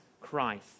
Christ